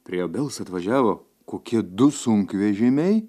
prie obels atvažiavo kokie du sunkvežimiai